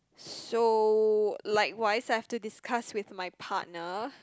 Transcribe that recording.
so likewise I have to discuss with my partner